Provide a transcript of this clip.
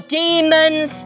demons